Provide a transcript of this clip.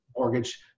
mortgage